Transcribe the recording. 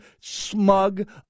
smug